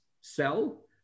sell